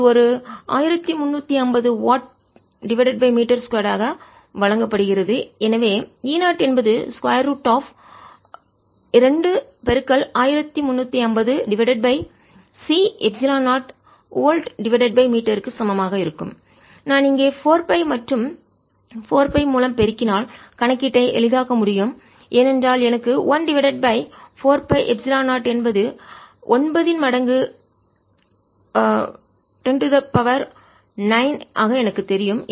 இது ஒரு 1350 வாட் மீட்டர்2 ஆக வழங்கப்படுகிறது எனவே E 0 என்பது square root of 2 1350 divided by C epsilon 0 volt meter க்கு சமமாக இருக்கும் நான் இங்கே 4 பை மற்றும் 4 பை மூலம் பெருக்கினால் கணக்கீட்டை எளிதாக்க முடியும் ஏனென்றால் எனக்கு 1 டிவைடட் பை 4 பை எப்சிலன் 0 என்பது 9 மடங்கு 10 9 ஆக எனக்குத் தெரியும்